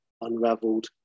unraveled